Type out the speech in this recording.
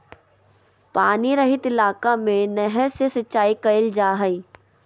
पानी रहित इलाका में नहर से सिंचाई कईल जा हइ